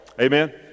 Amen